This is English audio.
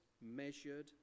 measured